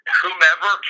whomever